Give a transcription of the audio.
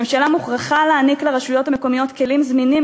הממשלה מוכרחה להעניק לרשויות המקומיות כלים זמינים